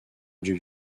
dieu